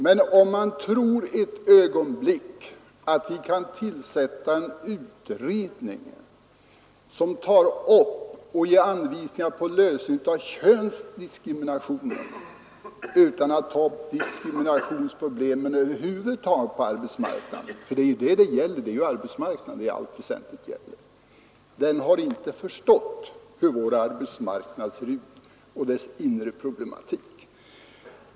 Men den som ett ögonblick tror att vi kan tillsätta en utredning som skall ta upp könsdiskrimineringsproblemet och ge anvisningar på hur det skall lösas utan att ta upp diskrimineringsproblemen på arbetsmarknaden över huvud taget — för det är arbetsmarknaden som det i allt väsentligt gäller — har inte förstått hur vår arbetsmarknad ser ut och dess inre problematik.